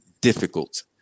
difficult